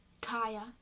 Kaya